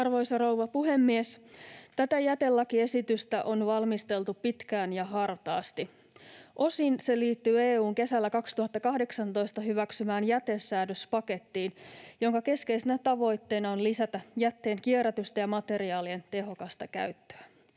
Arvoisa rouva puhemies! Tätä jätelakiesitystä on valmisteltu pitkään ja hartaasti. Osin se liittyy EU:n kesällä 2018 hyväksymään jätesäädöspakettiin, jonka keskeisenä tavoitteena on lisätä jätteen kierrätystä ja materiaalien tehokasta käyttöä.